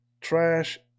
trash